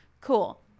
Cool